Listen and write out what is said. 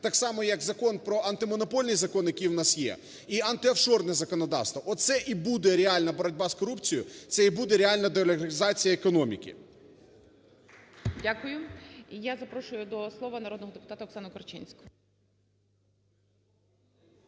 Так само як Закон про... антимонопольний закон, який в нас є і антиофшорне законодавство, оце і буде реальна боротьба з корупцією, це і буде реальна деолігархізація економіки. ГОЛОВУЮЧИЙ. Дякую. І я запрошую до слова народного депутата ОксануКорчинську.